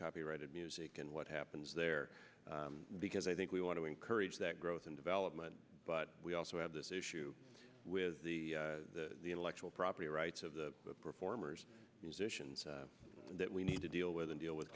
copyrighted music and what happens there because i think we want to encourage that growth and development but we also have this issue with the intellectual property rights of the performers musicians that we need to deal with and deal with